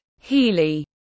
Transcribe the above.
Healy